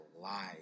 lies